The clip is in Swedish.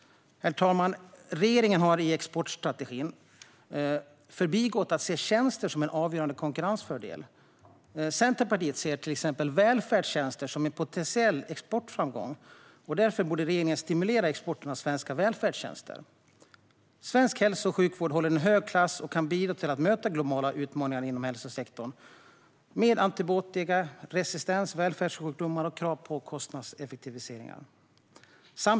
Herr talman! Regeringen har i exportstrategin förbigått att se tjänster som en avgörande konkurrensfördel. Centerpartiet ser till exempel välfärdstjänster som en potentiell exportframgång. Därför borde regeringen stimulera exporten av svenska välfärdstjänster. Svensk hälso och sjukvård håller hög klass och kan bidra till att möta globala utmaningar inom hälsosektorn, exempelvis antibiotikaresistens, välfärdssjukdomar och krav på kostnadseffektiviseringar.